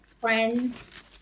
friends